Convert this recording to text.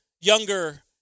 younger